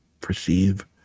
perceive